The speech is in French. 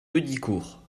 heudicourt